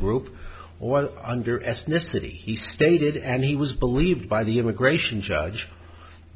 group or under ethnicity he stated and he was believed by the immigration judge